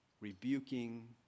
rebuking